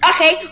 Okay